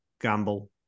gamble